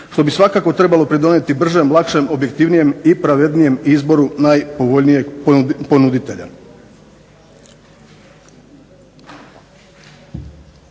što bi svakako trebalo pridonijeti bržem, lakšem, objektivnijem i pravednijem izboru najpovoljnijeg ponuditelja.